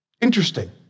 interesting